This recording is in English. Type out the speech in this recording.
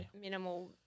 minimal